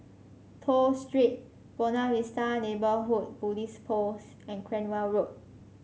Toh Street Buona Vista Neighbourhood Police Post and Cranwell Road